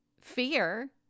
fear